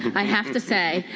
i have to say,